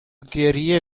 گریه